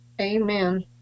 Amen